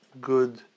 good